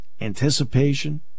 anticipation